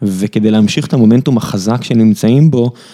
וכדי להמשיך את המומנטום החזק שנמצאים בו.